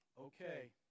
okay